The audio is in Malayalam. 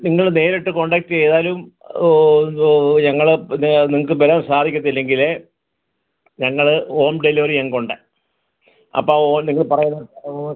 നിങ്ങള് നേരിട്ട് കോണ്ടാക്ട് ചെയ്താലും ഓ ഓ ഞങ്ങള് നിങ്ങൾക്ക് വരാൻ സാധിക്കത്തില്ലെങ്കില് ഞങ്ങള് ഹോം ഡെലിവെറി ഞങ്ങക്കൊണ്ട് അപ്പം ഓ നിങ്ങള് പറയുന്ന ഓ